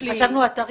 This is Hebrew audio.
חשבנו אתרים.